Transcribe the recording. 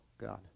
God